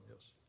yes